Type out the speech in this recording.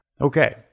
Okay